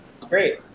Great